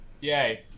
Yay